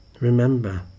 Remember